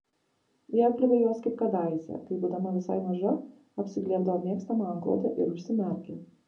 ji apglėbė juos kaip kadaise kai būdama visai maža apsiglėbdavo mėgstamą antklodę ir užsimerkė